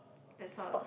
that sort